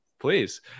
please